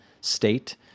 State